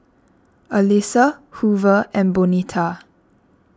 Elisa Hoover and Bonita